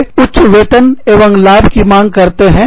वे उच्च वेतन एवं लाभ की मांग करते हैं